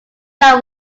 that